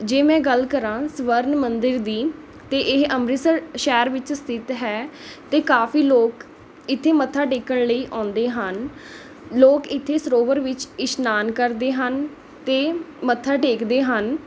ਜੇ ਮੈਂ ਗੱਲ ਕਰਾਂ ਸਵਰਨ ਮੰਦਰ ਦੀ ਅਤੇ ਇਹ ਅੰਮ੍ਰਿਤਸਰ ਸ਼ਹਿਰ ਵਿੱਚ ਸਥਿਤ ਹੈ ਅਤੇ ਕਾਫ਼ੀ ਲੋਕ ਇੱਥੇ ਮੱਥਾ ਟੇਕਣ ਲਈ ਆਉਂਦੇ ਹਨ ਲੋਕ ਇੱਥੇ ਸਰੋਵਰ ਵਿੱਚ ਇਸ਼ਨਾਨ ਕਰਦੇ ਹਨ ਅਤੇ ਮੱਥਾ ਟੇਕਦੇ ਹਨ